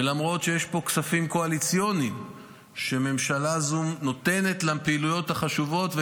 ולמרות שיש פה כספים קואליציוניים שהממשלה זו נותנת לפעילויות החשובות,